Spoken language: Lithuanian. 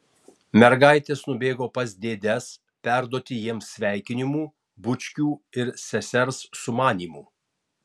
mergaitės nubėgo pas dėdes perduoti jiems sveikinimų bučkių ir sesers sumanymų